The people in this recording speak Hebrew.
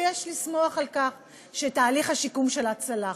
ויש לשמוח על כך שתהליך השיקום שלה צלח.